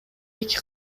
эки